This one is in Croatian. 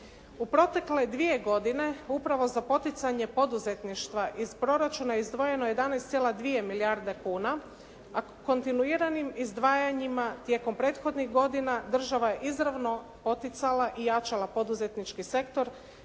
U protekle dvije godine upravo za poticanje poduzetništva iz proračuna je izdvojeno 11,2 milijarde kuna, a kontinuiranim izdvajanjima tijekom prethodnih godina država je izravno poticala i jačala poduzetnički sektor